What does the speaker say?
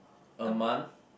a month